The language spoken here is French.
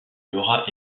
laura